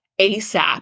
asap